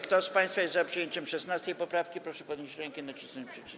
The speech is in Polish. Kto z państwa jest za przyjęciem 16. poprawki, proszę podnieść rękę i nacisnąć przycisk.